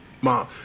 mom